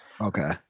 Okay